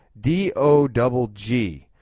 D-O-double-G